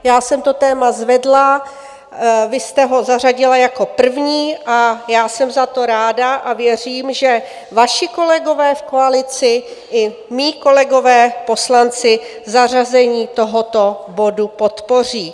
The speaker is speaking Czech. Já jsem to téma zvedla, vy jste ho zařadila jako první, já jsem za to ráda a věřím, že vaši kolegové v koalici i mí kolegové poslanci zařazení tohoto bodu podpoří.